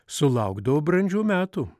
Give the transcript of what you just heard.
sulaukdavo brandžių metų